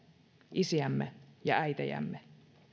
isiämme ja äitejämme